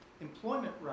employment